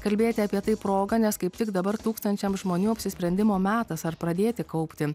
kalbėti apie tai proga nes kaip tik dabar tūkstančiams žmonių apsisprendimo metas ar pradėti kaupti